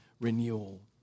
renewal